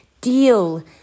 deal